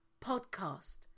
podcast